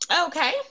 okay